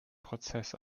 prozess